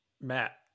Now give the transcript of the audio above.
Matt